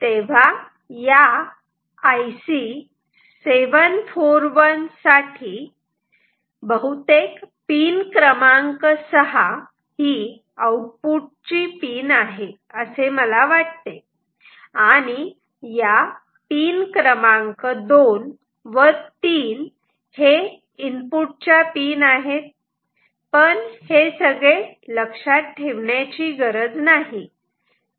तेव्हा या IC741 साठी पिन क्रमांक 6 ही आउटपुट ची पिन आहे असे मला वाटते आणि या पिन क्रमांक 2 व 3 हे इनपुटच्या पिन आहेत पण हे सगळे लक्षात ठेवण्याची गरज नाही